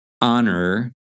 honor